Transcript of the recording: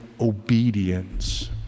obedience